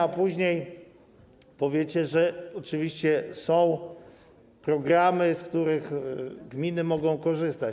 A później powiecie, że oczywiście są programy, z których gminy mogą korzystać.